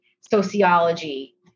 sociology